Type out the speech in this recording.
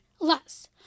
less